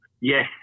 Yes